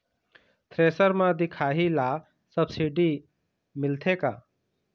Thresher म दिखाही ला सब्सिडी मिलथे का?